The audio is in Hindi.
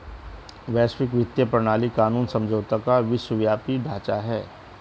वैश्विक वित्तीय प्रणाली कानूनी समझौतों का विश्वव्यापी ढांचा है